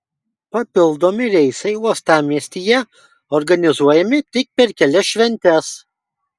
papildomi reisai uostamiestyje organizuojami tik per kelias šventes